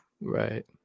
Right